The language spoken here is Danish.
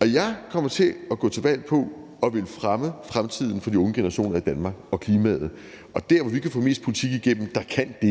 Jeg kommer til at gå til valg på at ville fremme fremtiden for de unge generationer i Danmark og klimaet, og der, hvor vi kan få mest politik igennem, som kan dét,